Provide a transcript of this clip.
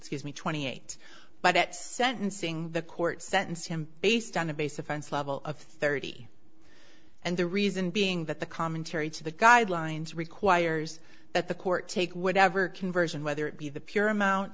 excuse me twenty eight but at sentencing the court sentenced him based on a base offense level of thirty and the reason being that the commentary to the guidelines requires that the court take whatever conversion whether it be the pure amount